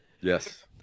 Yes